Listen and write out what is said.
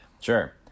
Sure